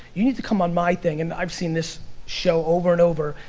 you need to come on my thing, and i've seen this show over and over,